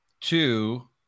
two